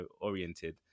oriented